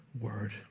word